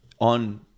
on